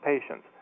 patients